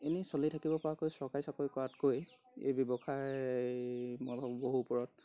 এনেই চলি থাকিব পৰাকৈ চৰকাৰী চাকৰি কৰাতকৈ এই ব্যৱসায় মই ভাবোঁ বহু ওপৰত